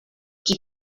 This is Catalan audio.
qui